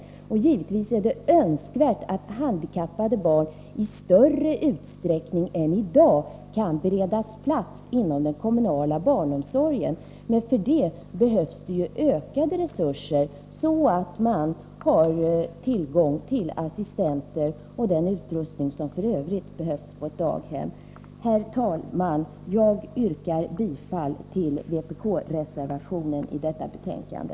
Det är givetvis önskvärt att handikappade barn i större utsträckning än i dag kan beredas plats inom den kommunala barnomsorgen, men för det behövs ökade resurser, så att det finns tillgång till assistenter och den utrustning som f.ö. behövs på ett daghem. Herr talman! Jag yrkar bifall till vpk-reservationen i detta betänkande.